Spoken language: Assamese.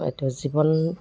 এইটো জীৱন